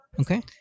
okay